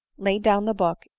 laid down the book,